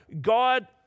God